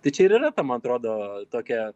tai čia ir yra ta man atrodo tokia